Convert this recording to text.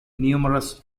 numerous